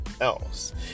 else